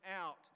out